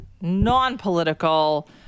non-political